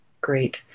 Great